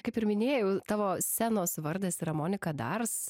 kaip ir minėjau tavo scenos vardas yra monika dars